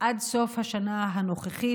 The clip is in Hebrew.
עד סוף השנה הנוכחית,